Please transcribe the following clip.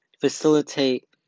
facilitate